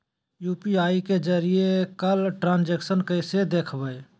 UPI के जरिए कैल ट्रांजेक्शन कैसे देखबै?